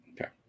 Okay